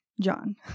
John